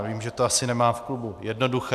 Vím, že to asi nemá v klubu jednoduché.